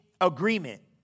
agreement